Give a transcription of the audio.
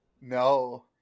no